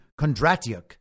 Kondratyuk